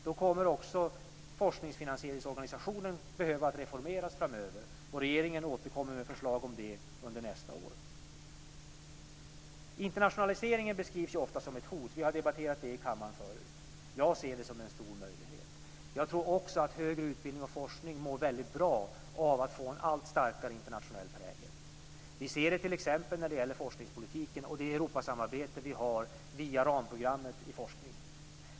Då kommer också organisationen för forskningsfinansiering att behöva reformeras framöver. Regeringen återkommer med förslag om det under nästa år. Internationaliseringen beskrivs ofta som ett hot, och vi har debatterat det i kammaren förut. Jag ser det som en stor möjlighet. Jag tror också att högre utbildning och forskning mår väldigt bra av att få en allt starkare internationell prägel. Vi ser det t.ex. när det gäller forskningspolitiken och det Europasamarbete vi har via ramprogrammet i forskning.